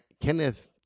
kenneth